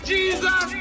Jesus